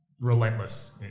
relentless